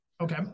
okay